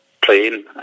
playing